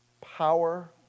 power